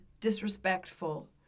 Disrespectful